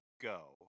go